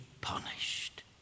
punished